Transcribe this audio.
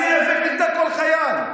אני איאבק נגדה כל חיי,